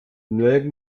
nelken